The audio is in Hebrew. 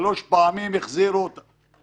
אני רציתי להוריד את זה ל-50%,